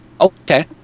Okay